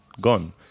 Gone